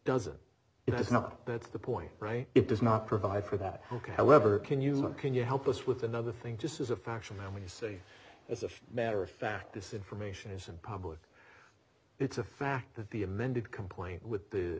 know that's not that's the point right it does not provide for that ok however can you look can you help us with another thing just as a factual now when you say as a matter of fact this information is in public it's a fact that the amended complaint with the